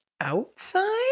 outside